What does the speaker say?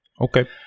Okay